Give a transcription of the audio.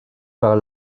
par